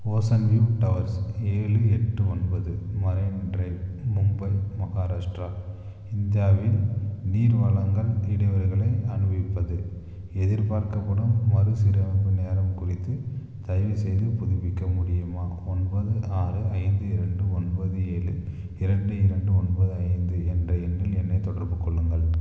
Ocean View towers ஏழு எட்டு ஒன்பது மரைன் டிரைவ் மும்பை மஹாராஷ்டிரா இந்தியாவில் நீர் வழங்கல் இடையூறுகளை அனுபவிப்பது எதிர்பார்க்கப்படும் மறுசீரமைப்பு நேரம் குறித்து தயவு செய்து புதுப்பிக்க முடியுமா ஒன்பது ஆறு ஐந்து இரண்டு ஒன்பது ஏழு இரண்டு இரண்டு ஒன்பது ஐந்து என்ற எண்ணில் என்னைத் தொடர்பு கொள்ளுங்கள்